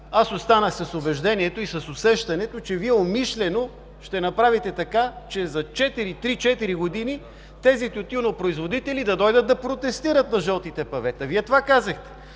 Останах с убеждението и с усещането, че Вие умишлено ще направите така, че за три-четири години тези тютюнопроизводители да дойдат да протестират на жълтите павета – Вие това казахте.